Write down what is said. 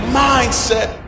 mindset